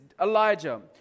Elijah